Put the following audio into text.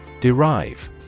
Derive